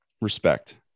Respect